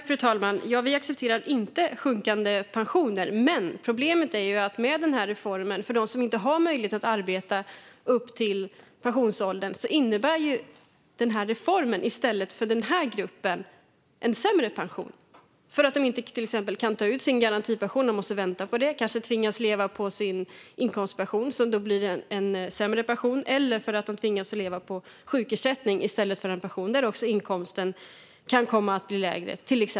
Fru talman! Vi accepterar inte sjunkande pensioner. Men problemet med reformen är att den innebär en sämre pension för de grupper som inte har möjlighet att arbeta upp till pensionsåldern. De kan till exempel inte ta ut sin garantipension utan måste vänta på den. De kanske tvingas leva på sin inkomstpension, som då blir en sämre pension. Eller så tvingas de leva på sjukersättning i stället för en pension, och då kan inkomsten bli lägre.